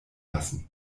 lassen